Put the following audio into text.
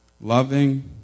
loving